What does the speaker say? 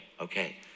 okay